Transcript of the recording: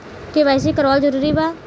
KYC करवावल जरूरी बा?